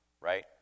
right